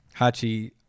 Hachi